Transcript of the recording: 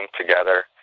together